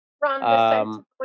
Ron